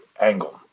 angle